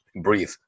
breathe